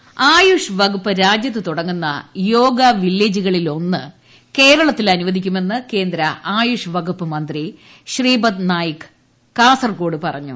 yoga village AYUSH വകുപ്പ് രാജ്യത്ത് തുടങ്ങുന്ന യോഗ വില്ലേജുകളിലൊന്ന് കേരളത്തിൽ അനുവദിക്കുമെന്ന് കേന്ദ്ര ആയുഷ് വകുപ്പ് മന്ത്രി ശ്രീപദ് നായിക് കാസർകോട് പറഞ്ഞു